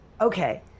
Okay